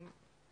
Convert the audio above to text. כן.